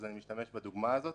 אז אני משתמש בדוגמה הזאת.